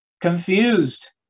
confused